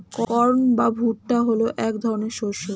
corn বা ভুট্টা হলো এক ধরনের শস্য